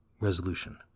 resolution